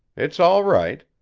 it's all right.